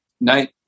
night